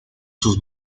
sus